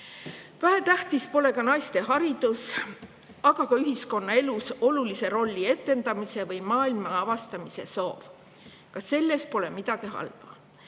Vähetähtis pole naiste haridus, aga ka ühiskonnaelus olulise rolli etendamise või maailma avastamise soov. Ka selles pole midagi halba.